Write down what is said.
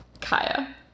Kaya